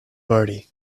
party